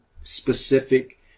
specific